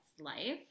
life